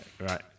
right